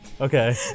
Okay